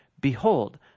Behold